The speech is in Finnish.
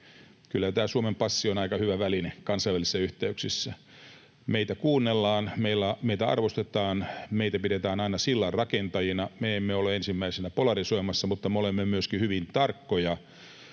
kyllä tämä Suomen passi on aika hyvä väline kansainvälisissä yhteyksissä. Meitä kuunnellaan, meitä arvostetaan, meitä pidetään aina sillanrakentajina. Me emme ole ensimmäisenä polarisoimassa, mutta me olemme myöskin hyvin tarkkoja